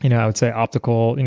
you know i would say, optical,